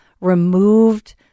removed